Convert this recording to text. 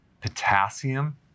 potassium